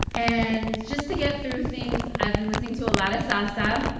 and just to get through things, i've been listening to a lot of salsa.